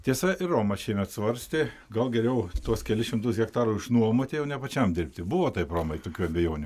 tiesa ir romas šiemet svarstė gal geriau tuos kelis šimtus hektarų išnuomoti o ne pačiam dirbti buvo taip romai tokių abejonių